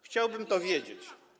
Chciałbym to wiedzieć.